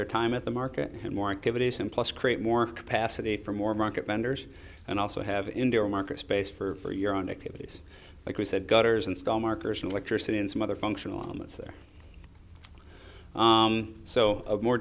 their time at the market and more activities and plus create more capacity for more market vendors and also have indoor market space for your own activities like we said gutters install markers and electricity and some other functional there so a more